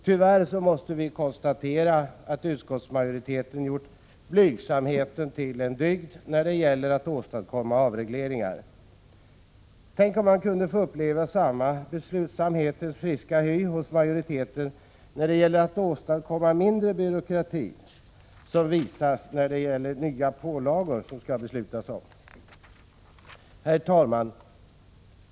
Men tyvärr måste vi konstatera att utskottsmajoriteten gjort blygsamheten till en dygd när det gäller att åstadkomma avregleringar. Tänk om man kunde få uppleva att utskottsmajoriteten uppvisade beslutsamhetens friska hy i lika hög grad när det gäller att åstadkomma mindre byråkrati som när det gäller att införa nya pålagor! Herr talman!